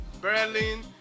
Berlin